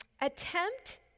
attempt